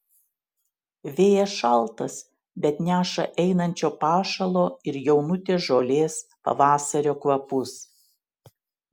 vėjas šaltas bet neša einančio pašalo ir jaunutės žolės pavasario kvapus